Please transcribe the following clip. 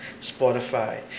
Spotify